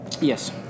Yes